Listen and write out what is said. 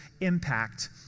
impact